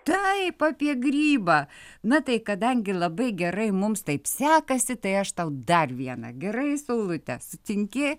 taip apie grybą na tai kadangi labai gerai mums taip sekasi tai aš tau dar vieną gerai saulute sutinki